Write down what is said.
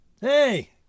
Hey